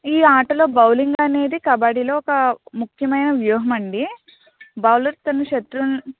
ఈ ఆటలో బౌలింగ్ అనేది కబడ్డీలో ఒక ముఖ్యమైన వ్యూహమండీ బౌలర్ తన శత్రు